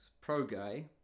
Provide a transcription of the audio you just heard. Pro-gay